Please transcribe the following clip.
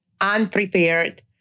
unprepared